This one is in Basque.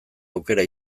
aukera